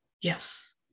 Yes